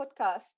podcast